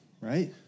right